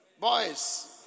Boys